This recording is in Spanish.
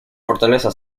fortaleza